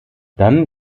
dann